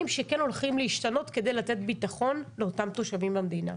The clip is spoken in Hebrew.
שכן הולכים להשתנות כדי לתת ביטחון לאותם תושבים במדינה.